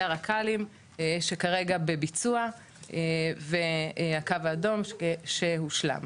הר"קלים שכרגע בביצוע והקו האדום שהושלם,